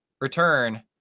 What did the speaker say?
return